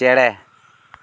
ᱪᱮᱬᱮ